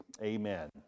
Amen